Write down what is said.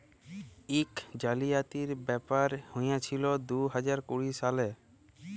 ইক জালিয়াতির ব্যাপার হঁইয়েছিল দু হাজার কুড়ি সালে